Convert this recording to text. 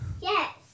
Yes